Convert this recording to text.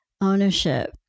ownership